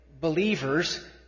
believers